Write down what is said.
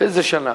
באיזו שנה.